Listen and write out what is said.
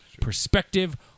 perspective